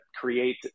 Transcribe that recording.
create